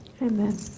Amen